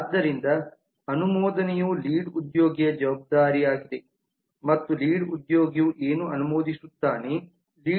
ಆದ್ದರಿಂದ ಅನುಮೋದನೆಯು ಲೀಡ್ ಉದ್ಯೋಗಿಯ ಜವಾಬ್ದಾರಿಯಾಗಿದೆ ಮತ್ತು ಲೀಡ್ ಉದ್ಯೋಗಿಯು ಏನು ಅನುಮೋದಿಸುತ್ತಾನೆ